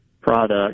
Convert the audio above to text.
product